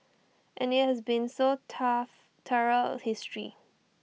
and IT has been so tough throughout history